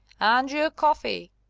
andrew coffey!